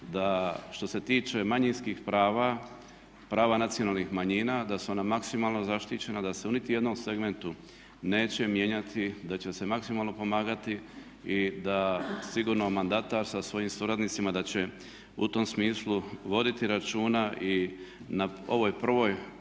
da što se tiče manjinskih prava, prava nacionalnih manjina da su ona maksimalno zaštićena, da se u niti jednom segmentu neće mijenjati, da će se maksimalno pomagati i da sigurno mandatar sa svojim suradnicima da će u tom smislu voditi računa i na ovoj prvoj